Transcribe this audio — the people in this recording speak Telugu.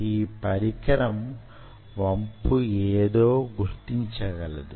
ఆ పరికరం వంపు యేదో గుర్తించగలదు